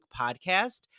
podcast